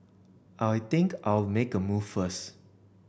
I think I'll make a move first